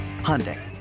Hyundai